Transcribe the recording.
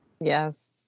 Yes